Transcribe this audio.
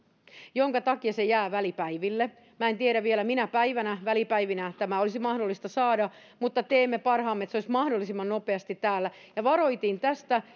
minkä takia se jää välipäiville minä en tiedä vielä minä päivänä välipäivinä tämä olisi mahdollista saada mutta teemme parhaamme että se olisi mahdollisimman nopeasti täällä ja varoitin tästä